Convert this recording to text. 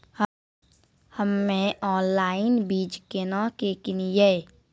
हम्मे ऑनलाइन बीज केना के किनयैय?